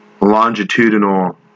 longitudinal